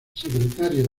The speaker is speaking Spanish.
secretario